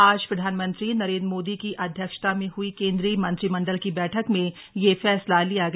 आज प्रधानमंत्री नरेंद्र मोदी की अध्यक्षता में हई केंद्रीय मंत्रिमंडल की बैठक में यह फैसला लिया गया